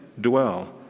dwell